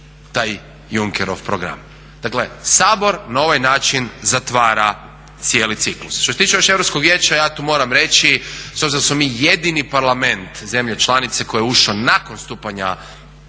taj Junckerov program. Dakle Sabor na ovaj način zatvara cijeli ciklus. Što se tiče Europskog vijeća ja tu moram reći s obzirom da smo mi jedini Parlament zemlje članice koji je ušlo u članstvo nakon stupanja